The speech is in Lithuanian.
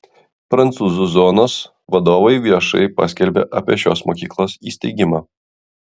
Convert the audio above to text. prancūzų zonos vadovai viešai paskelbė apie šios mokyklos įsteigimą